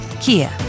Kia